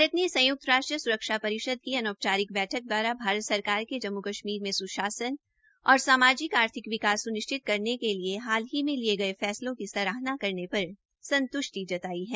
भारत ने संयुक्त राष्ट्र सुरक्षा परिषद की अनौपचारिक बैठक द्वाार भारत सरकार के जम्मू कश्मीर में सुशासन और सामाजिक आर्थिक विकास सुनिश्चित करने के लिए हाल ही में लिए गए फैसले की सराहना करने पर संतुष्टि जताई है